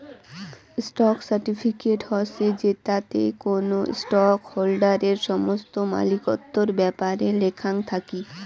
stock certificate হসে জেতাতে কোনো স্টক হোল্ডারের সমস্ত মালিকত্বর ব্যাপারে লেখাং থাকি